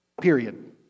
period